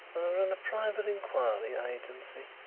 run a private inquiry agency.